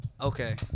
Okay